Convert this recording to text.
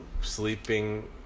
sleeping